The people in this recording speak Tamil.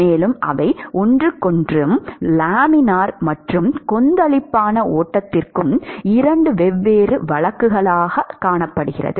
மேலும் அவை ஒவ்வொன்றிற்கும் லேமினார் மற்றும் கொந்தளிப்பான ஓட்டத்திற்கும் இரண்டு வெவ்வேறு வழக்குகள் இருக்கும்